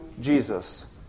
Jesus